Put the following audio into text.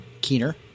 Keener